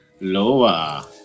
Lower